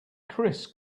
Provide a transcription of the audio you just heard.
chris